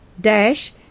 dash